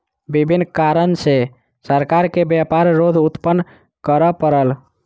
विभिन्न कारण सॅ सरकार के व्यापार रोध उत्पन्न करअ पड़ल